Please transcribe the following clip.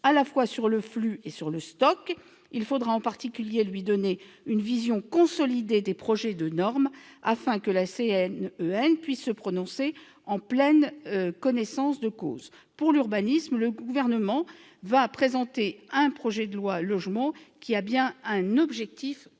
à la fois sur le flux et sur le stock. Il faudra, en particulier, lui donner une vision consolidée des projets de normes, afin qu'il puisse se prononcer en pleine connaissance de cause. Pour ce qui concerne l'urbanisme, le Gouvernement va présenter un projet de loi relatif au logement qui poursuit bien un objectif